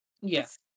Yes